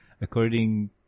according